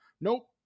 Nope